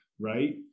right